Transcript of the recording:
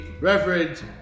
Reverend